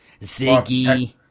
Ziggy